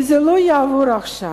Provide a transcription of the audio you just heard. אם זה לא יעבור עכשיו,